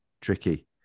tricky